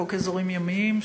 חוק אזורים ימיים,